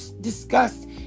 discussed